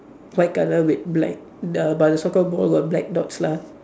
white colour with black the but the soccer ball got black dots lah